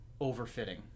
overfitting